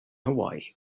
hawaii